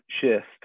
shift